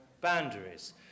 boundaries